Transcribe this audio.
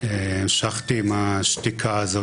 המשכתי עם השתיקה הזאת,